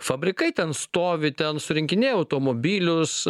fabrikai ten stovi ten surinkinėja automobilius